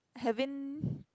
haven't